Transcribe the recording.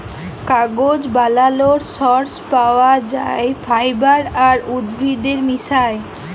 কাগজ বালালর সর্স পাউয়া যায় ফাইবার আর উদ্ভিদের মিশায়